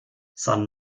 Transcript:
san